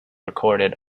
recorded